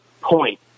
point